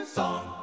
song